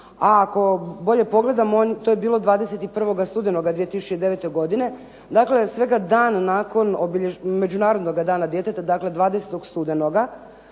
A ako bolje pogledamo to je bilo 21. studenoga 2009. godine, dakle svega dan nakon Međunarodnog dana djeteta 20. studenoga